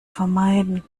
vermeiden